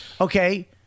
okay